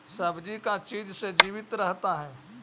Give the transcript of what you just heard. सब्जी का चीज से जीवित रहता है?